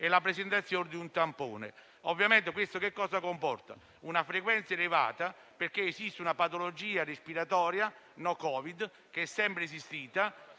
e la presentazione di un tampone. Ovviamente questo comporta una frequenza elevata di tamponi, perché esiste una patologia respiratoria non Covid, che è sempre esistita,